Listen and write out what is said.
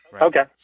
Okay